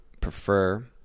prefer